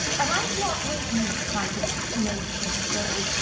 and i've not written my book to make them so,